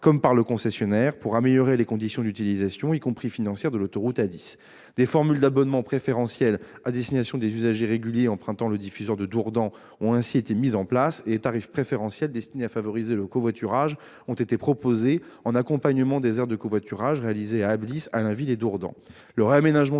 comme par le concessionnaire pour améliorer les conditions d'utilisation, y compris financières, de l'autoroute A10. Des formules d'abonnement préférentielles à destination des usagers réguliers empruntant le diffuseur de Dourdan ont ainsi été mises en place et des tarifs préférentiels destinés à favoriser le covoiturage ont été proposés, en accompagnement des aires de covoiturage réalisées à Ablis, Allainville et Dourdan.